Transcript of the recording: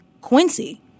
Quincy